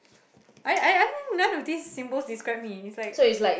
I I I think none of these symbols describe me it's like